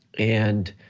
and